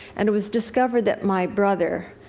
and it was discovered that my brother,